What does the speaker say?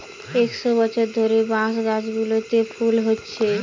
একশ বছর ধরে বাঁশ গাছগুলোতে ফুল হচ্ছে